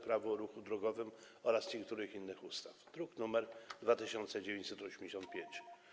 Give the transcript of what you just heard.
Prawo o ruchu drogowym oraz niektórych innych ustaw, druk nr 2985.